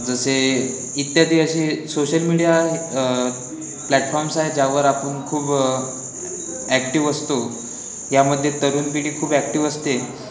जसे इत्यादी असे सोशल मीडिया प्लॅटफॉर्म्स आहे ज्यावर आपण खूप ॲक्टिव्ह असतो यामध्ये तरुण पिढी खूप ॲक्टिव असते